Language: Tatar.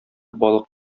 балык